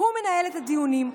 הוא מנהל את הדיונים,